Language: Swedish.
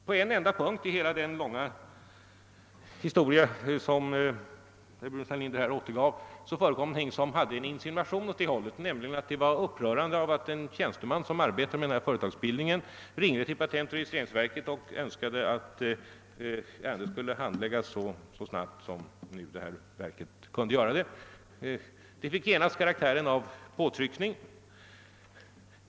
På en enda punkt i hela den långa historia som herr Burenstam Linder återgav förekom någonting som innebar en insinuation åt det hållet. Herr Burenstam Linder tyckte att det var upprörande att en tjänsteman, som arbetade med företagsbildandet, ringde till patentoch registreringsverket och framförde önskemål om att ärendet skulle handläggas så snabbt som möjligt. Detta fick genast karaktären av påtryckning.